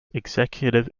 executive